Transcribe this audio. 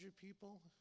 people